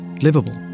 livable